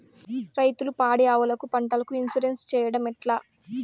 రైతులు పాడి ఆవులకు, పంటలకు, ఇన్సూరెన్సు సేయడం ఎట్లా?